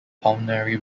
pulmonary